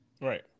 Right